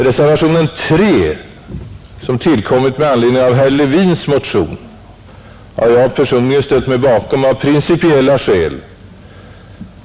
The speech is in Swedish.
: Reservationen III, som tillkommit med anledning av herr Levins motion, har jag personligen ställt mig bakom av principiella skäl.